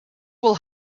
will